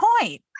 point